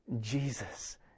Jesus